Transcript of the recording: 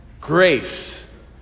grace